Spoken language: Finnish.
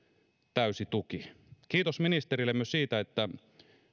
täysi tuki kiitos ministerille myös siitä että